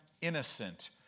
innocent